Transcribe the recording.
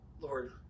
Lord